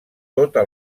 tota